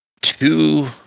two